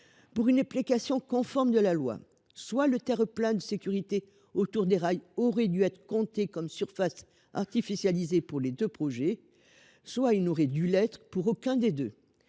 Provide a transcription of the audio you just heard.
Pour que la loi soit respectée, le terre plein de sécurité autour des rails soit aurait dû être compté comme surface artificialisée pour les deux projets, soit n’aurait dû l’être pour aucun des deux.